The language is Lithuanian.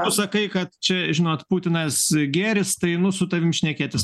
tu sakai kad čia žinot putinas gėris tai nu su tavim šnekėtis